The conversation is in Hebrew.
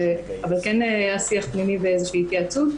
אבל כן נעשה שיח פנימי והתייעצות.